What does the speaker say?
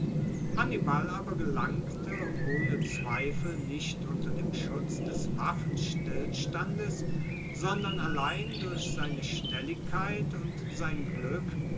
hannibal aber gelangte ohne zweifel nicht unter dem schutz des waffenstillstandes sondern allein durch seine schnelligkeit und sein glueck